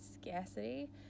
scarcity